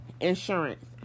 insurance